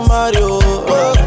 Mario